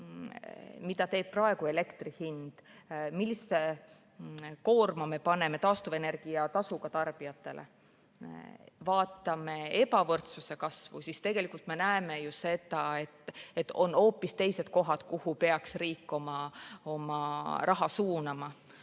mida teeb praegu elektri hind, millise koorma me paneme taastuvenergia tasuga tarbijatele, näeme ebavõrdsuse kasvu. Ja tegelikult me näeme ka seda, et on hoopis teised kohad, kuhu peaks riik oma raha suunama,